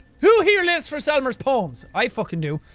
who here lives for selmer's poem? i fucking do.